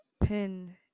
pin